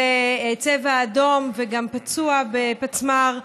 צבע אדום וגם פצוע מפצמ"ר.